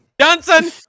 Johnson